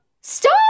Stop